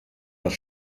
das